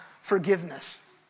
forgiveness